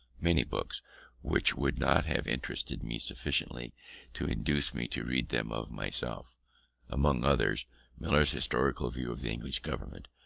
many books which would not have interested me sufficiently to induce me to read them of myself among other's millar's historical view of the english government,